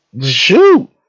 Shoot